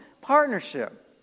partnership